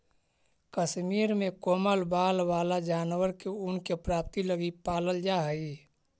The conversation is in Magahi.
कश्मीर में कोमल बाल वाला जानवर के ऊन के प्राप्ति लगी पालल जा हइ